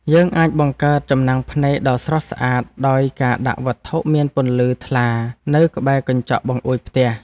យើងអាចបង្កើតចំណាំងភ្នែកដ៏ស្រស់ស្អាតដោយការដាក់វត្ថុមានពន្លឺថ្លានៅក្បែរកញ្ចក់បង្អួចផ្ទះ។